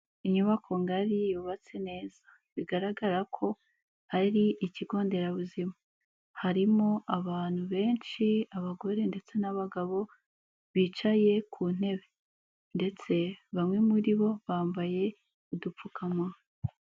Inyubako ngari yubatse neza bigaragara ko ari ikigo nderabuzima. Harimo abantu benshi abagore ndetse n'abagabo bicaye ku ntebe ndetse bamwe muri bo bambaye udupfukamanwa.